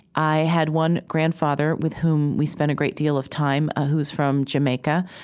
i had one grandfather with whom we spent a great deal of time, who was from jamaica,